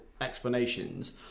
explanations